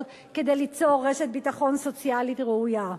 כדי ליצור רשת ביטחון סוציאלית ראויה.